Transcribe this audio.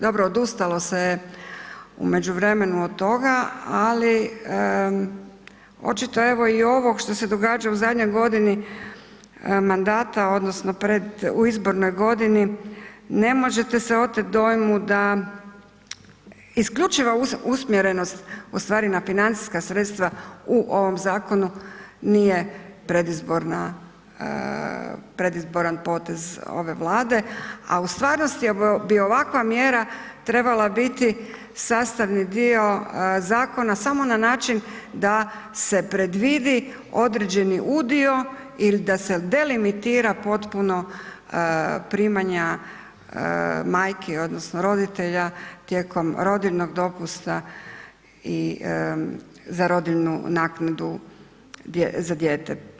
Dobro odustalo se je u međuvremenu od toga, ali očito evo i ovo što se događa u zadnjoj godini mandata odnosno pred, u izbornoj godini ne možete se oteti dojmu da isključiva usmjerenost u stvari na financijska sredstva u ovom zakonu nije predizborna, predizboran potez ove Vlade, a u stvarnosti bi ovakva mjera trebala biti sastavni dio zakona samo na način da se predvidi određeni udio ili da se delimitira potpuno primanja majki odnosno roditelja tijekom rodiljnog dopusta i za rodiljnu naknadu za dijete.